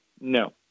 No